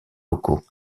locaux